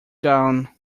down